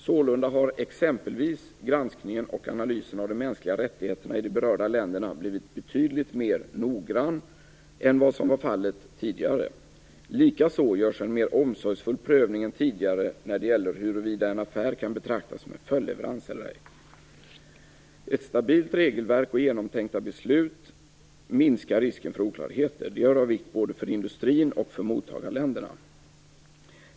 Sålunda har exempelvis granskningen och analysen av de mänskliga rättigheterna i de berörda länderna blivit betydligt mer noggrann än vad som var fallet tidigare. Likaså görs en mer omsorgsfull prövning än tidigare när det gäller huruvida en affär kan betraktas som en följdleverans eller ej. Ett stabilt regelverk och genomtänkta beslut minskar risken för oklarheter. Det är av vikt både för industrin och för mottagarländerna.